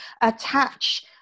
attach